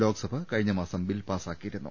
ലോക്സഭ കഴിഞ്ഞ മാസം ബിൽ പാസ്സാക്കിയിരുന്നു